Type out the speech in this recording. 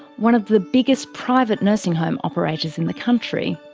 one of the biggest private nursing home operators in the country.